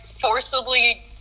forcibly